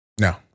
No